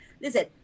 listen